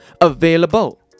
available